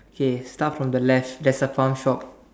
okay start from the left there's a farm shop